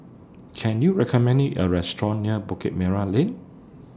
Can YOU recommend Me A Restaurant near Bukit Merah Lane